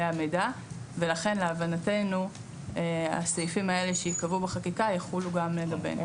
המידע ולכן להבנתנו הסעיפים האלה שייקבעו בחקיקה יחול גם לגבינו.